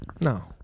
No